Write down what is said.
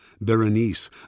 Berenice